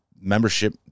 membership